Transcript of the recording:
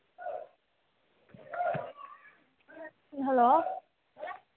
hello